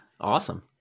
Awesome